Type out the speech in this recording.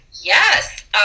Yes